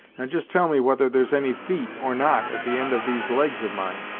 and just tell me whether there's any feet, or not, at the end of these legs of mine.